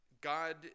God